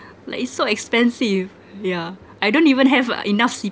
like it's so expensive yeah I don't even have uh enough